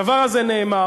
הדבר הזה נאמר.